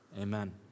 Amen